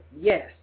Yes